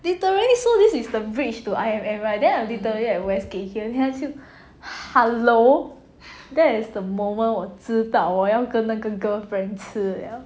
literally so this is the bridge to I_M_M right then I'm literally at westgate here then 他就 hello that is the moment 我知道我要跟那个 girlfriend 吃了